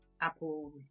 Apple